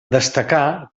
destacar